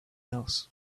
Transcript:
else